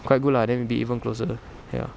quite good lah then we'd be even closer ya